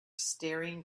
staring